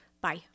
Bye